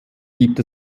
gibt